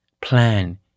plan